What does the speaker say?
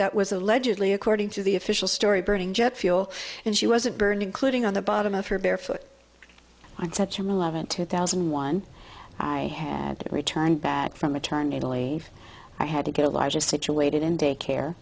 that was allegedly according to the official story burning jet fuel and she wasn't burned including on the bottom of her bare foot on september eleventh two thousand and one i had returned back from maternity leave i had to get a larger situated in day care